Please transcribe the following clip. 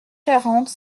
quarante